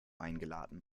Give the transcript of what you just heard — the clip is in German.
eingeladen